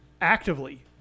actively